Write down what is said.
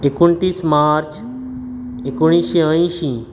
एकोणतीस मार्च एकोणिशें अंयशीं